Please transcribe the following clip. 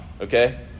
okay